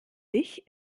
dich